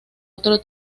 otro